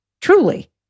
Truly